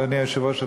אדוני היושב-ראש,